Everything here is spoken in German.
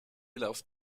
lauf